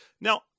now